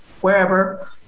wherever